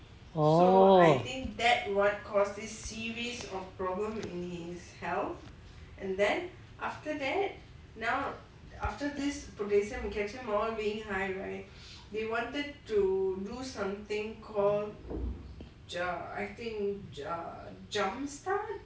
orh